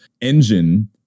engine